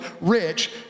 rich